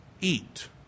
eat